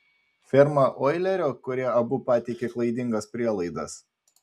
ferma oilerio kurie abu pateikė klaidingas prielaidas